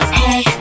hey